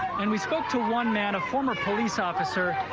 and we spoke to one man, a former police officer,